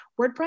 WordPress